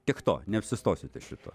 tiek to neapsistosiu ties šituo